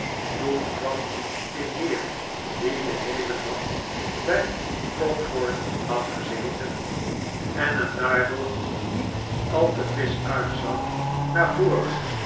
toen kwam de heer die den heelen nacht bij crockford had gezeten en er daardoor niet al te frisch uitzag naar voren